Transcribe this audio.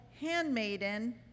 handmaiden